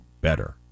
better